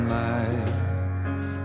life